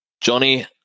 Johnny